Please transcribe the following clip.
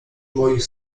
moich